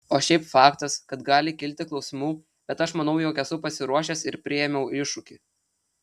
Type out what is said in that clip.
o šiaip faktas kad gali kilti klausimų bet aš manau jog esu pasiruošęs ir priėmiau iššūkį